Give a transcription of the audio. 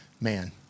man